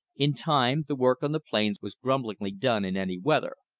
in time the work on the plains was grumblingly done in any weather.